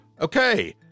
Okay